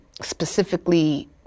specifically